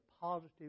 positive